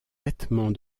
nettement